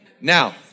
Now